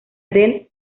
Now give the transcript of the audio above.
del